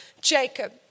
Jacob